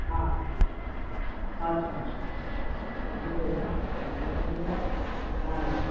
ᱦᱮᱸ ᱦᱮᱸ ᱟᱪᱪᱷᱟ ᱪᱷᱟ ᱪᱷᱟ ᱪᱷᱟ ᱪᱷᱟ ᱴᱷᱤᱠᱜᱮᱭᱟ ᱛᱟᱦᱚᱞᱮ ᱠᱷᱟᱱ ᱫᱚ ᱦᱮᱸ